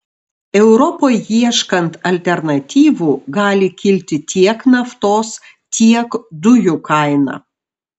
europai ieškant alternatyvų gali kilti tiek naftos tiek dujų kaina